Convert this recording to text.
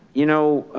you know,